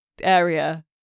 area